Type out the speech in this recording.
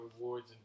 rewards